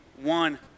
one